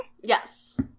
Yes